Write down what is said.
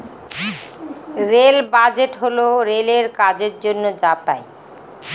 rail budget হল রেলের কাজের জন্য যা পাই